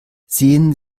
sehen